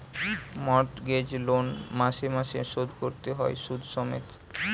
mortgage loan মাসে মাসে শোধ কোরতে হয় শুধ সমেত